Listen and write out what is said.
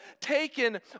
taken